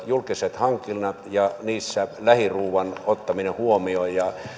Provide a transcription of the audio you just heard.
julkiset hankinnat ja niissä lähiruuan ottaminen huomioon tulevat entistä tärkeämmäksi ja